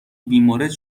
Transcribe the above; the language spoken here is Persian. بیمورد